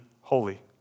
holy